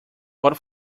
por